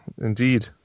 Indeed